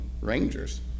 rangers